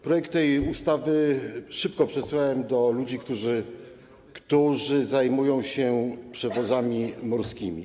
Projekt tej ustawy szybko przesłałem do ludzi, którzy zajmują się przewozami morskimi.